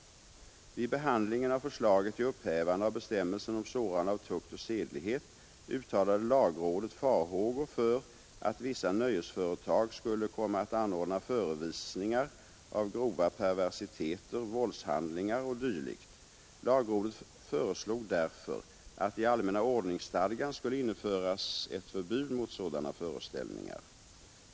Vid behandlingen av förslaget till upphävande av bestämmelsen om sårande av tukt och sedlighet uttalade lagrådet farhågor för att vissa nöjesföretag skulle komma att anordna förevisningar av grova perversiteter, våldshandlingar o.d. Lagrådet föreslog därför att i allmänna ordningsstadgan skulle införas ett förbud mot sådana föreställningar.